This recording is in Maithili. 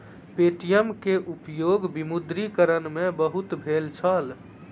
पे.टी.एम के उपयोग विमुद्रीकरण में बहुत भेल छल